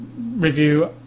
review